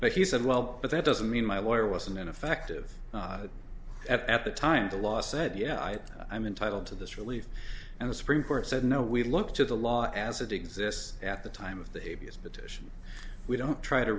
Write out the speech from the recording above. but he said well but that doesn't mean my lawyer wasn't ineffective at the time the law said yeah i'm entitled to this relief and the supreme court said no we look to the law as it exists at the time of the a b s petition we don't try to